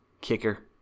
kicker